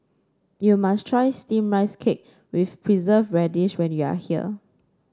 you must try steamed Rice Cake with Preserved Radish when you are here